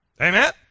Amen